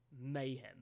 mayhem